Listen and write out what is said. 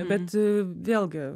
bet vėlgi